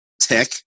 tech